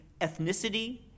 ethnicity